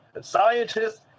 scientists